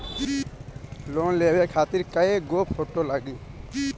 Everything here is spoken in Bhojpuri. लोन लेवे खातिर कै गो फोटो लागी?